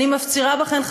אני מפצירה בכם,